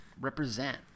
Represent